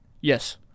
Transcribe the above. Yes